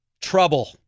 Trouble